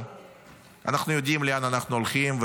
אנחנו יודעים לאן אנחנו הולכים,